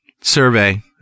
survey